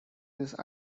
this